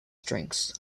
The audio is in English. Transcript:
strengths